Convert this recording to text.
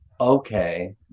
okay